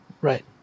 right